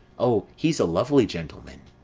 o, he's a lovely gentleman!